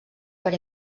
per